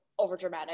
overdramatic